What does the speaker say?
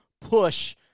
push